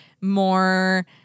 more